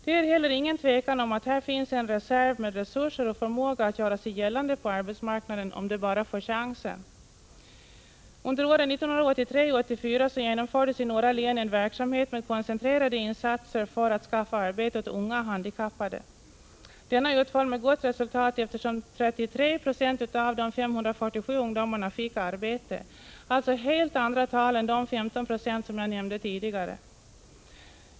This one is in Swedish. Det är heller inget tvivel om att det bland människorna i denna grupp finns en reserv med resurser och förmåga att göra sig gällande på arbetsmarknaden om de bara får chansen. Under åren 1983 och 1984 genomfördes i några län en verksamhet med koncentrerade insatser för att skaffa arbete åt unga handikappade. Denna utföll med gott resultat, eftersom 33 26 av de 547 ungdomarna fick arbete. Det rör sig alltså om helt andra tal än de 15 96 som jag nämnde tidigare.